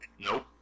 Nope